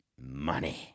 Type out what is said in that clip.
Money